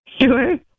Sure